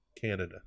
Canada